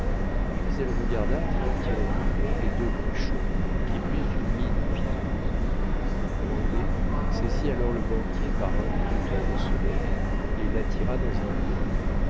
puis elle regarda fort ironiquement les deux cruchot qui prirent une mine piteuse grandet saisit alors le banquier par un des boutons de son habit et l'attira dans un coin